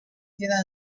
queda